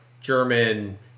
German